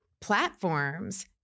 platforms